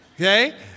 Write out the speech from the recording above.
Okay